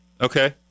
Okay